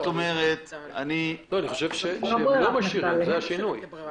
את אומרת --- אני חושב שלא משאירים, זה השינוי.